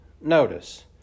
notice